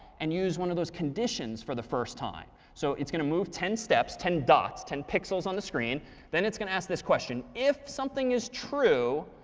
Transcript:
and use one of those conditions for the first time. so it's going to move ten steps ten dots, ten pixels on the screen then it's going to ask this question. if something is true,